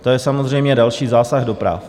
To je samozřejmě další zásah do práv.